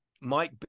Mike